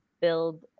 build